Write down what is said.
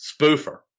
Spoofer